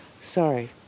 sorry